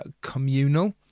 communal